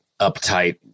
uptight